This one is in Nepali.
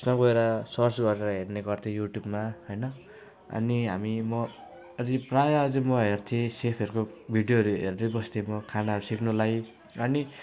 उयसमा गएर सर्च गरेर हेर्ने गर्थेँँ युट्युबमा होइन अनि हामी म रि प्रायः आज म हेर्थेँ सेफहरूको भिडियोहरू हेर्दै बस्थेँ म खानाहरू सिक्नुलाई अनि